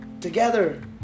together